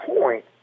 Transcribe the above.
point